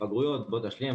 בגרויות בוא תשלים,